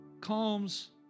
calms